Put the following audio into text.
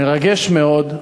מרגש מאוד.